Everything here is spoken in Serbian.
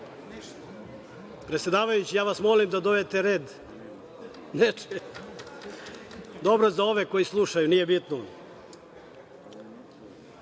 Predsedavajući, ja vas molim da dovedete red. Dobro, za ove koji slušaju, nije bitno. Pre